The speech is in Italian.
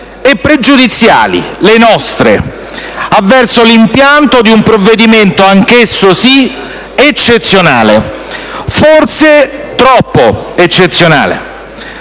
pregiudiziali - le nostre - avverso l'impianto di un provvedimento, anch'esso sì, eccezionale; forse troppo eccezionale.